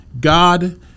God